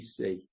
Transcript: BC